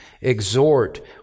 exhort